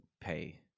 pay